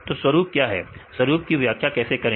तो स्वरूप क्या है स्वरूप की व्याख्या कैसे करें